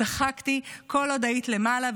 צחקתי כל עוד היית למעלה,